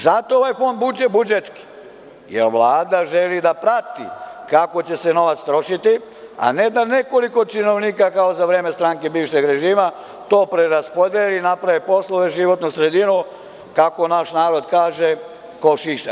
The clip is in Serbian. Zato ovaj je fond budžio budžet, jer Vlada želi da prati kako će se novac trošiti, a ne da neko od činovnika kao za vreme stranke bivšeg režima to preraspodeli i napravi poslove, životnu sredinu, kako naš narod kaže - ko šiša.